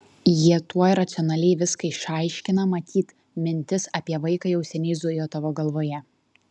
jie tuoj racionaliai viską išaiškina matyt mintis apie vaiką jau seniai zujo tavo galvoje